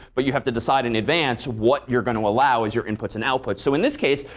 but you have to decide in advance what you're going to allow as your inputs and outputs. so in this case,